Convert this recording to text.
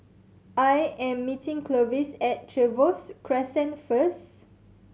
I am meeting Clovis at Trevose Crescent first